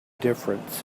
difference